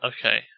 okay